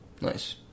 Nice